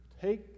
take